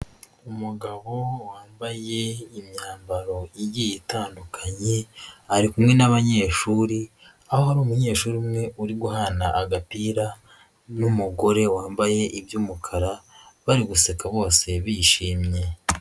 Umugabo wambaye imyambaro igiye itandukanye, ari kumwe n'abanyeshuri aho ari umunyeshuri umwe uri guhana agapira n'umugore wambaye iby'umukara bari guseka bose bishimye.